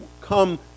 come